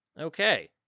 Okay